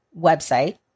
website